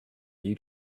you